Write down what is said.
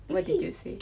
what did you say